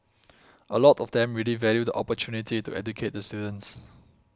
a lot of them really value the opportunity to educate the students